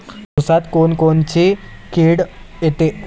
ऊसात कोनकोनची किड येते?